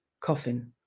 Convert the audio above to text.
coffin